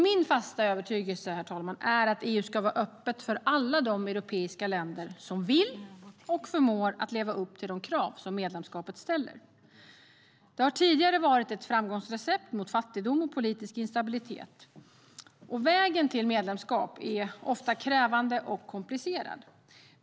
Min fasta övertygelse, herr talman, är att EU ska vara öppet för alla de europeiska länder som vill och förmår leva upp till de krav som medlemskapet ställer. Det har tidigare varit ett framgångsrecept mot fattigdom och politisk instabilitet. Vägen till medlemskap är ofta krävande och komplicerad.